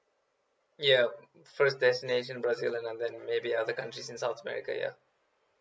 yup first destination brazil and then maybe other countries in south america ya